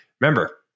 Remember